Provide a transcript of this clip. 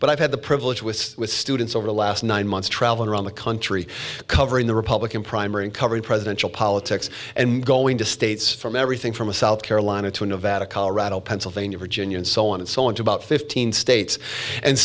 but i've had the privilege with students over the last nine months traveling around the country covering the republican primary and covering presidential politics and going to states from everything from south carolina to nevada colorado pennsylvania virginia and so on and so on to about fifteen states and